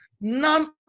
none